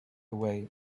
away